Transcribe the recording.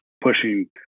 pushing